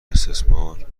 استثمار